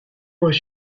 was